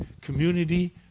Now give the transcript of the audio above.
Community